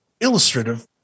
illustrative